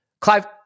Clive